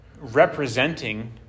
representing